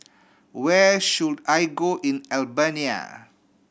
where should I go in Albania